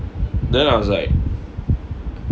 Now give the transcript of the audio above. then I was like